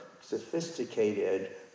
sophisticated